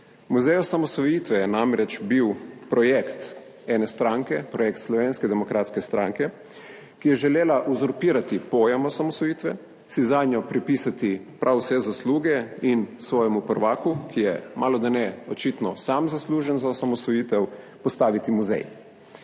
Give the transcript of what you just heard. Muzej osamosvojitve je bil namreč projekt ene stranke, projekt Slovenske demokratske stranke, ki je želela uzurpirati pojem osamosvojitve, si zanjo pripisati prav vse zasluge in svojemu prvaku, ki je malodane očitno sam zaslužen za osamosvojitev, postaviti muzej.